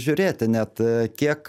žiūrėti net kiek